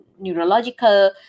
neurological